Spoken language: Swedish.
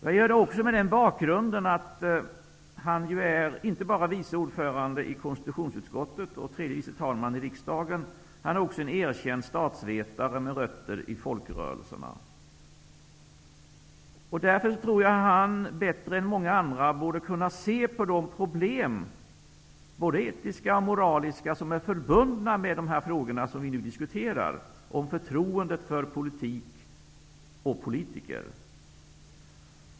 Jag gör det också mot den bakgrunden att han ju är inte bara vice ordförande i konstitutionsutskottet och tredje vice talman i riksdagen. Han är också en erkänd statsvetare med rötter i folkrörelserna. Därför tror jag att han bättre än många andra borde kunna se på de problem, både etiska och moraliska, som är förbundna med de frågor som vi nu diskuterar, om förtroendet för politik och politiker.